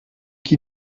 qui